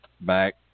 back